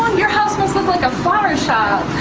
so so like a flower shop.